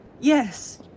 Yes